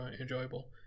enjoyable